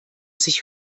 sich